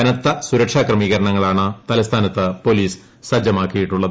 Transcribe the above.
കനത്ത സുരക്ഷാക്രമീകരണങ്ങളാണ് തലസ്ഥാനത്ത് പോലീസ് സജ്ജമാക്കിയിരിക്കുന്നത്